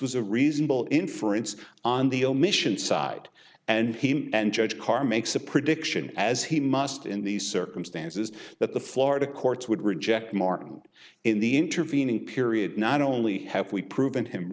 was a reasonable inference on the omissions side and he and judge car makes a prediction as he must in these circumstances that the florida courts would reject martin in the intervening period not only have we proven him